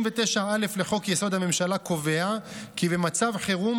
7 באוקטובר 2023, על מצב מיוחד בעורף.